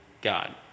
God